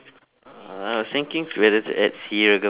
uh I was thinking whether to add seeragam